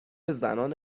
زنان